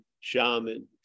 shaman